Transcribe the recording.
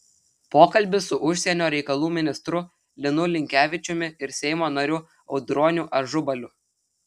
pokalbis su užsienio reikalų ministru linu linkevičiumi ir seimo nariu audroniu ažubaliu